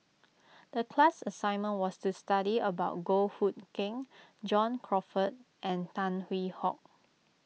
the class assignment was to study about Goh Hood Keng John Crawfurd and Tan Hwee Hock